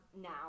now